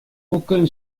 aucun